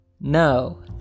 No